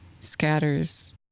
scatters